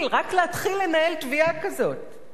רק להתחיל לנהל תביעה כזאת,